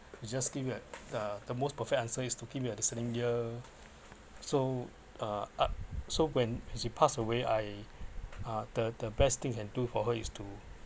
you just give it uh the most perfect answer is to keep me a listening ear so uh so when as she pass away I uh the the best thing can do for her is to